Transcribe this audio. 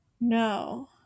No